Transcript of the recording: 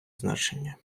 значення